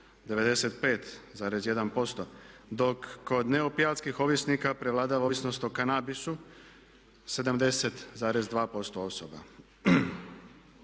95,1%, dok kod ne opijatskih ovisnika prevladava ovisnost o kanabisu, 70,2% osoba.